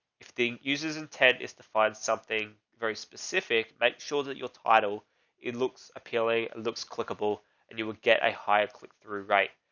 if the user's intent is to find something very specific, but shows that you'll title it looks a pla looks clickable and you will get a high click through rate.